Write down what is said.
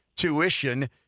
tuition